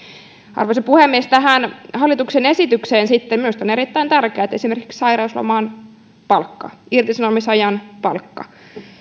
arvoisa puhemies tähän hallituksen esitykseen sitten minusta on erittäin tärkeää että on esimerkiksi sairausloma ajan palkka irtisanomisajan palkka